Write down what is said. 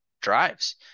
drives